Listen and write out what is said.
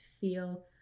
feel